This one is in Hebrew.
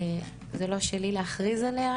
זה לא שלי להכריז עליה,